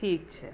ठीक छै